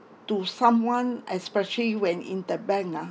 to someone especially when interbank ah